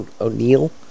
O'Neill